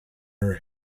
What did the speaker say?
her